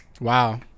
Wow